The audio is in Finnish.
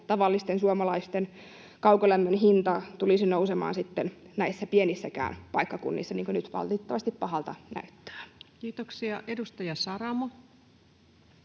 eikä tavallisten suomalaisten kaukolämmön hinta tulisi nousemaan sitten näillä pienilläkään paikkakunnilla, niin kuin nyt valitettavasti pahalta näyttää. [Speech 282] Speaker: